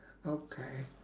okay